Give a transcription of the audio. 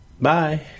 Bye